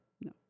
no